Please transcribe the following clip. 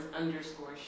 underscore